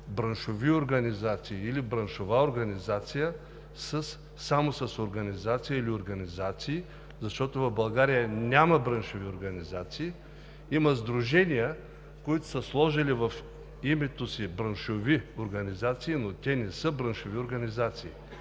„браншови организации“ или „браншова организация“ само с „организация“ или „организации“, защото в България няма браншови организации. Има сдружения, които са сложили в името си „браншови организации“, но те не са браншови организации.